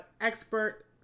expert